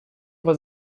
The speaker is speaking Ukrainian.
вас